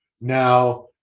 Now